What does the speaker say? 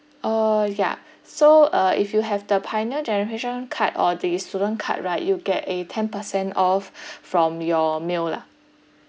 uh ya so uh if you have the pioneer generation card or the student card right you get a ten percent off from your meal lah